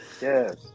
Yes